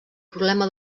problema